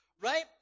right